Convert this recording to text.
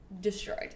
destroyed